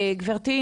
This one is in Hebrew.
גברתי,